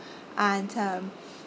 and um